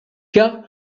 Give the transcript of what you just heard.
cas